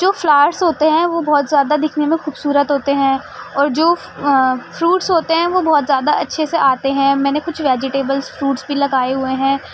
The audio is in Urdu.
جو فلارس ہوتے ہیں وہ بہت زیادہ دکھنے میں خوبصورت ہوتے ہیں اور جو فروٹس ہوتے ہیں وہ بہت زیادہ اچھے سے آتے ہیں میں نے کچھ ویجیٹیبلس فروٹس بھی لگائے ہوئے ہیں